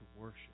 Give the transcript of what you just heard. worship